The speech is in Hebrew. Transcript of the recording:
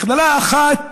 מכללה אחת